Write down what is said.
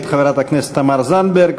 מאת חברת הכנסת תמר זנדברג,